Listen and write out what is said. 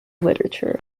literature